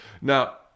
Now